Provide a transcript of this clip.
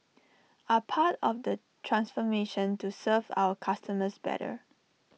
are part of the transformation to serve our customers better